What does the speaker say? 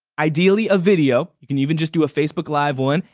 ideally a video, you can even just do a facebook live one,